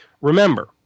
Remember